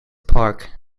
park